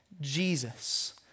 Jesus